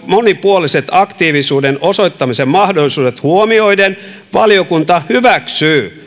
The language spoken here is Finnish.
monipuoliset aktiivisuuden osoittamisen mahdollisuudet huomioiden valiokunta hyväksyy